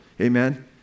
amen